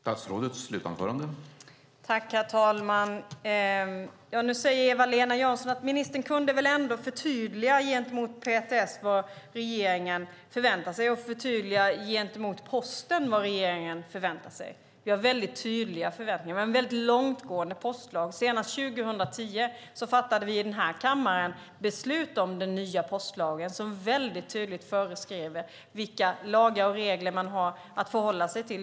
Herr talman! Nu säger Eva-Lena Jansson: Ministern kunde väl ändå förtydliga gentemot PTS och Posten vad regeringen förväntar sig. Vi har väldigt tydliga förväntningar. Vi har en väldigt långtgående postlag. Senast 2010 fattade vi här i kammaren beslut om den nya postlagen, som väldigt tydligt föreskriver vilka lagar och regler man har att förhålla sig till.